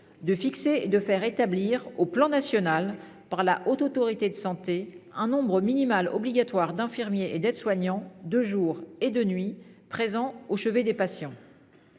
de fixer et de faire établir sur le plan national par la Haute Autorité de santé un nombre minimal obligatoire d'infirmiers et d'aides-soignants de jour et de nuit présents au chevet des patients.